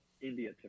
India